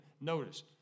Notice